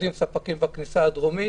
עובדים וספקים בכניסה הדרומית.